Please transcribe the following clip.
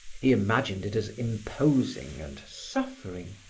he imagined it as imposing and suffering,